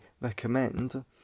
recommend